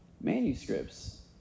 manuscripts